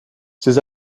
ces